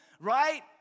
right